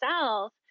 South